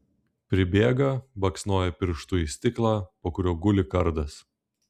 pribėga baksnoja pirštu į stiklą po kuriuo guli kardas